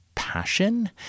passion